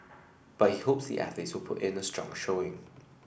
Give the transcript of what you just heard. but he hopes the athletes will put in a strong showing